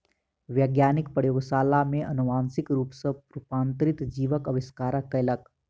वैज्ञानिक प्रयोगशाला में अनुवांशिक रूप सॅ रूपांतरित जीवक आविष्कार कयलक